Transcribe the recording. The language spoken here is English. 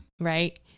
right